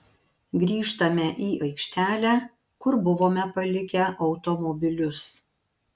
grįžtame į aikštelę kur buvome palikę automobilius